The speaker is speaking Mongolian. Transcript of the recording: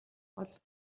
бол